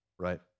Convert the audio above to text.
Right